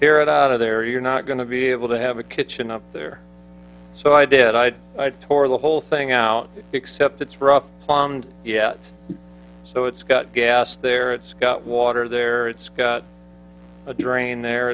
here it out of there you're not going to be able to have a kitchen up there so i did i i tore the whole thing out except it's rough bombed yet so it's got gas there it's got water there it's got a drain there